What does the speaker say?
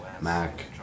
Mac